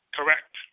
Correct